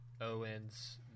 Owens